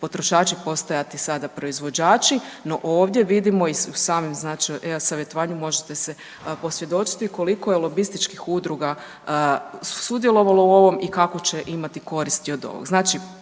potrošači postajati sada proizvođači, no ovdje vidimo i u samom e-savjetovanju možete se posvjedočiti koliko je lobističkih udruga sudjelovalo u ovom i kakvu će imati koristi odo ovog.